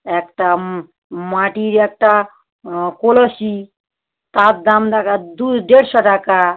একটা মাটির একটা কলসি তার দাম দেখা দু দেড়শো টাকা